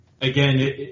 again